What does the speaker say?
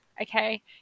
okay